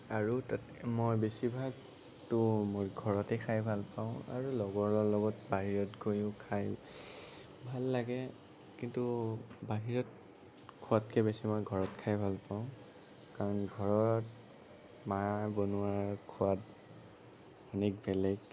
আৰু মই বেছিভাগতো মই ঘৰতে খাই ভাল পাওঁ আৰু লগৰৰ লগত বাহিৰত গৈয়ো খাই ভাল লাগে কিন্তু বাহিৰত খোৱাতকৈ বেছি মই ঘৰত খাই ভাল পাওঁ কাৰণ ঘৰত মায়ে বনোৱা সোৱাদ অনেক বেলেগ